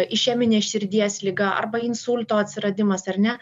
išeminė širdies liga arba insulto atsiradimas ar ne